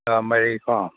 ꯇꯔꯥꯃꯔꯤ ꯀꯣ